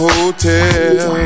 Hotel